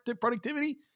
productivity